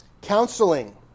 Counseling